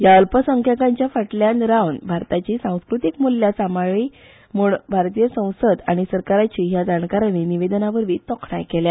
ह्या अल्पसंख्यांकाच्या फाटल्यान रावन भारताची संस्कृतीक मुल्यां सांबाळली म्हण भारतीय संसद आनी सरकाराची ह्या जाणकारानी निवेदनावरवी तोखणाय केल्या